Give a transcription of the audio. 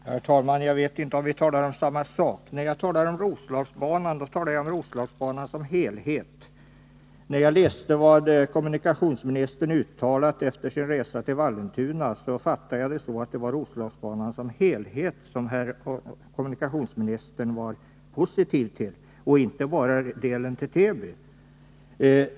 Herr talman! Jag vet inte om vi talar om samma sak. När jag talar om Roslagsbanan avser jag Roslagsbanan i dess helhet. När jag läste vad kommunikationsministern uttalat efter sin resa till Vallentuna, uppfattade jag det så att det var Roslagsbanan i dess helhet som herr kommunikationsministern var positiv till och inte bara delen till Täby.